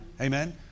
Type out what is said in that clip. Amen